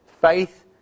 Faith